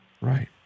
Right